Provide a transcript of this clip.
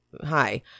Hi